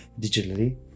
digitally